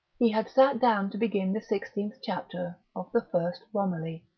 he had sat down to begin the sixteenth chapter of the first romilly.